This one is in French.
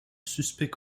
suspects